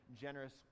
generous